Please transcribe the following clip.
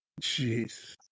Jeez